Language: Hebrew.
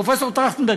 פרופסור טרכטנברג,